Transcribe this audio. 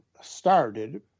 started